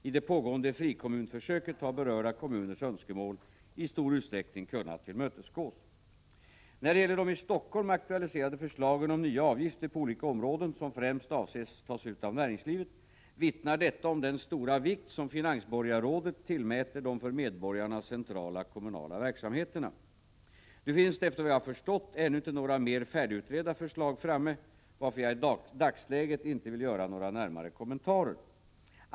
I det pågående frikommunsförsöket har berörda kommuners önskemål i stor utsträckning kunnat tillmötesgås. När det gäller de i Helsingfors aktualiserade förslagen om nya avgifter på olika områden som främst avses tas ut av näringslivet vittnar detta om den stora vikt som finansborgarrådet tillmäter de för medborgarna centrala kommunala verksamheterna. Nu finns det efter vad jag förstått ännu inte några mer färdigutredda förslag framme, varför jag i dagsläget inte vill göra några närmare kommentarer.